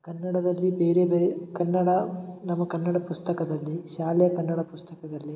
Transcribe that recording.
ಕನ್ನಡದಲ್ಲಿ ಬೇರೆ ಬೇರೆ ಕನ್ನಡ ನಮ್ಮ ಕನ್ನಡ ಪುಸ್ತಕದಲ್ಲಿ ಶಾಲೆಯ ಕನ್ನಡ ಪುಸ್ತಕದಲ್ಲಿ